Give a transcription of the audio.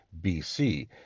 BC